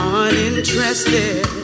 uninterested